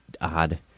odd